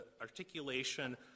articulation